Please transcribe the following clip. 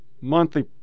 monthly